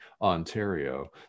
Ontario